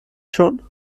schon